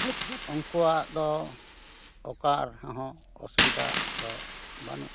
ᱩᱱᱠᱩᱣᱟᱜ ᱫᱚ ᱚᱠᱟ ᱨᱮᱦᱚᱸ ᱚᱥᱩᱵᱤᱫᱷᱟ ᱫᱚ ᱵᱟᱹᱱᱩᱜ ᱛᱟᱠᱚᱭᱟ